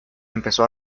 empezó